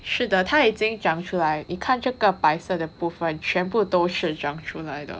是的它已经长出来你看这个白色的部分全部都是长出来的